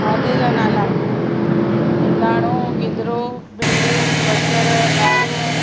खाधे जा नाला हिंदाड़ो गिदरो भिंडियूं बसर ॾाढ़ूं